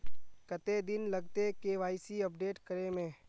कते दिन लगते के.वाई.सी अपडेट करे में?